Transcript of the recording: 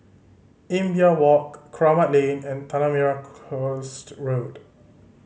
Imbiah Walk Kramat Lane and Tanah Merah Coast Road